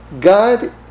God